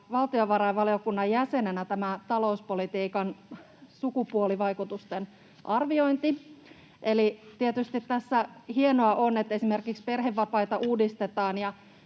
valtiovarainvaliokunnan jäsenenä talouspolitiikan sukupuolivaikutusten arviointi. Eli tietysti tässä hienoa on, että esimerkiksi perhevapaita uudistetaan,